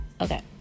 okay